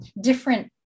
different